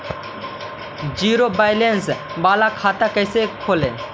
Zero balance बाला खाता कैसे खोले?